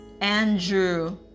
Andrew